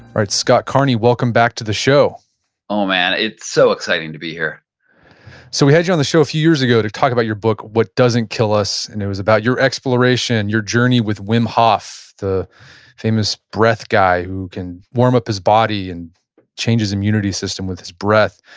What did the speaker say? alright, scott carney welcome back to the show oh man, it's so exciting to be here so, we had you on the show a few years ago to talk about your book, what doesn't kill us, and it was about your exploration, your journey with wim hof, the famous breath guy, who can warm up his body and change his immunity system with his breath.